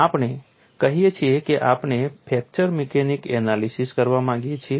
આપણે કહીએ છીએ કે આપણે ફ્રેક્ચર મિકેનિક્સ એનાલિસીસ કરવા માંગીએ છીએ